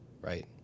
Right